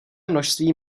množství